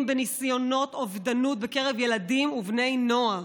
בניסיונות התאבדות בקרב ילדים ובני נוער.